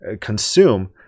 consume